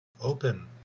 open